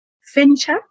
furniture